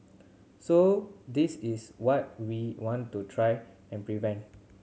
so this is what we want to try and prevent